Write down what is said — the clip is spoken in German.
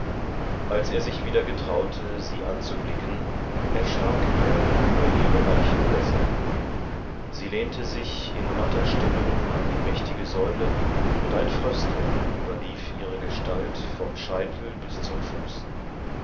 als er sich wieder getraute sie anzublicken erschrak er über ihre leichenblässe sie lehnte sich in matter stellung an die mächtige säule und ein frösteln überlief ihre gestalt vom scheitel bis zum fuß